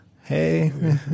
Hey